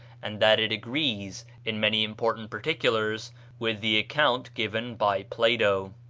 and that it agrees in many important particulars with the account given by plato.